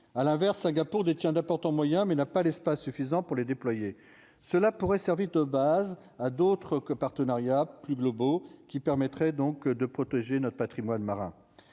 à l'inverse, Singapour détient d'importants moyens, mais n'a pas l'espace suffisant pour les déployer cela pourrait servir de base à d'autres que partenariat plus globaux qui permettrait donc de protéger notre Patrimoine marin,